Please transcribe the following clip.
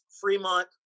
Fremont